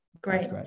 great